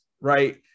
right